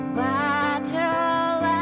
battle